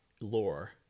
lore